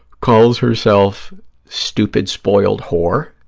calls herself stupid spoiled whore.